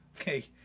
Okay